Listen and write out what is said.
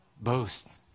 boast